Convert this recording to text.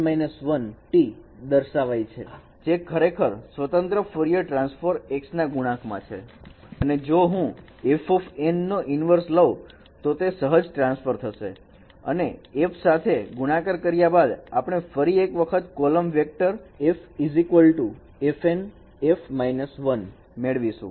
F N − 1T દર્શાવાઈ છે જે ખરેખર સ્વતંત્ર્ય ફોરિયર ટ્રાન્સફોર્મ x ના ગુણાંકમાં છે અને જો હું F નો ઈનવર્ષ લવ તો તે સહજ ટ્રાન્સફર થશે અને F સાથે ગુણાકાર કર્યા બાદ આપણે ફરી એક વખત column vector f ℱN F −1 મેળવીશું